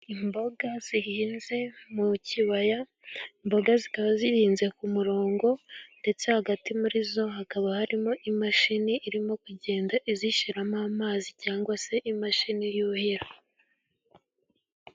Imboga zihinze mu kibaya, imboga zikaba zihinze ku murongo, ndetse hagati muri zo hakaba harimo imashini, irimo kugenda izishyiramo amazi, cyangwa se imashini yuhira.